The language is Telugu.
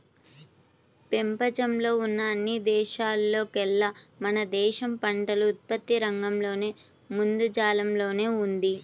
పెపంచంలో ఉన్న అన్ని దేశాల్లోకేల్లా మన దేశం పంటల ఉత్పత్తి రంగంలో ముందంజలోనే ఉంది